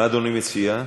מה אדוני מציע?